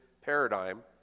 Paradigm